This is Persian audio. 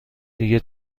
دیگه